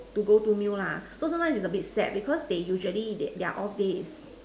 to go to meal lah so sometimes is a bit sad because they usually they their off days is